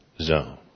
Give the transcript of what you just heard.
zone